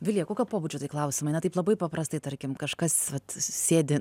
vilija kokio pobūdžio tai klausimai na taip labai paprastai tarkim kažkas vat sėdi